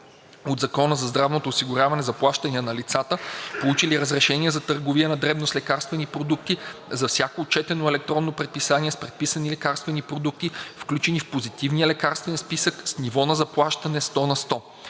от Закона за здравното осигуряване заплащане на лицата, получили разрешение за търговия на дребно с лекарствени продукти, за всяко отчетено електронно предписание с предписани лекарствени продукти, включени в Позитивния лекарствен списък, с ниво на заплащане сто на сто.